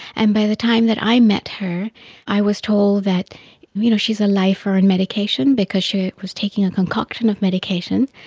and by the time that i met her i was told that you know she is a lifer on and medication because she was taking a concoction of medications.